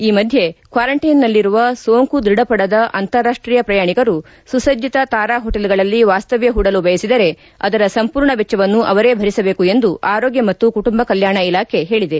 ಈ ಮಧ್ಯೆ ಕ್ವಾರಂಟೈನ್ನಲ್ಲಿರುವ ಸೋಂಕು ದೃಢಪಡದ ಅಂತಾರಾಷ್ಟೀಯ ಪ್ರಯಾಣಿಕರು ಸುಸಜ್ಜತ ತಾರಾ ಹೊಟೇಲ್ಗಳಲ್ಲಿ ವಾಸ್ತವ್ದ ಹೂಡಲು ಬಯಸಿದರೆ ಅದರ ಸಂಪೂರ್ಣ ವೆಚ್ಚವನ್ನು ಅವರೇ ಭರಿಸಬೇಕು ಎಂದು ಆರೋಗ್ಯ ಮತ್ತು ಕುಟುಂಬ ಕಲ್ಲಾಣ ಇಲಾಖೆ ಹೇಳಿದೆ